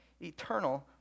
eternal